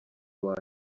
uwa